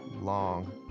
long